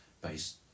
based